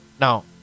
Now